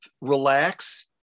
relax